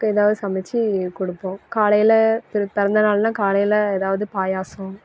எதாவது சமைத்து கொடுப்போம் காலையில் இது பிறந்தநாள்னா காலையில் ஏதாவது பாயாசம்